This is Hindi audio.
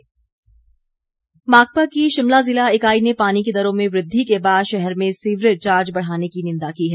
माकपा माकपा की शिमला ज़िला इकाई ने पानी की दरों में वृद्धि के बाद शहर में सीवरेज चार्ज बढ़ाने की निंदा की है